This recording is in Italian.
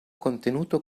contenuto